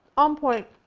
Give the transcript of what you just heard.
on point!